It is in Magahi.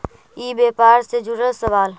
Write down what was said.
ई व्यापार से जुड़ल सवाल?